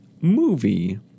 movie